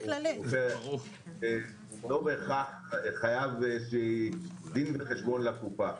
לא בהכרח חייב דין וחשבון לקופה.